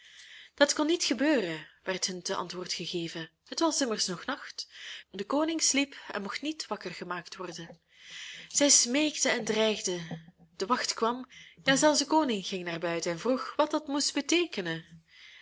dat kon niet gebeuren werd hun ten antwoord gegeven het was immers nog nacht de koning sliep en mocht niet wakker gemaakt worden zij smeekten en dreigden de wacht kwam ja zelfs de koning ging naar buiten en vroeg wat dat moest beteekenen